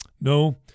No